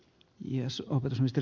jos tehneet